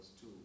two